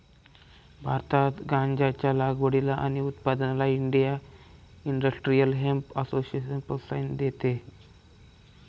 भारतात गांज्याच्या लागवडीला आणि उत्पादनाला इंडिया इंडस्ट्रियल हेम्प असोसिएशन प्रोत्साहन देते